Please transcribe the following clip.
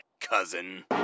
cousin